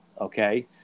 okay